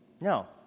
No